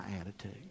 attitude